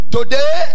Today